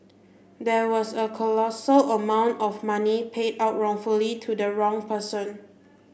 there was a colossal amount of money paid out wrongfully to the wrong person